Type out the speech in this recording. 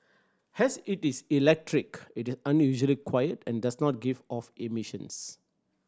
as it is electric it is unusually quiet and does not give off emissions